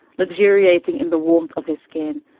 luxuriating in the warmth of his skin.